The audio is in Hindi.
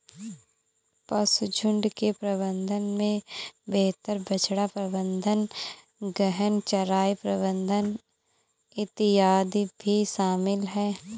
पशुझुण्ड के प्रबंधन में बेहतर बछड़ा प्रबंधन, गहन चराई प्रबंधन इत्यादि भी शामिल है